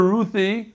Ruthie